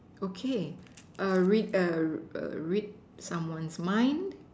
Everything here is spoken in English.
okay read read someone's mind